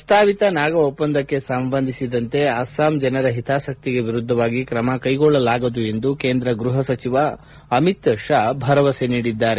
ಪ್ರಸ್ತಾವಿತ ನಾಗಾ ಒಪ್ಪಂದಕ್ಕೆ ಸಂಬಂಧಿಸಿದಂತೆ ಅಸ್ಸಾಂ ಜನರ ಹಿತಾಸಕ್ತಿಗೆ ವಿರುದ್ದವಾಗಿ ಕ್ರಮ ಕ್ಲೆಗೊಳ್ಳಲಾಗದು ಎಂದು ಕೇಂದ್ರ ಗೃಹ ಸಚಿವ ಅಮಿತ್ ಶಾ ಭರವಸೆ ನೀಡಿದ್ದಾರೆ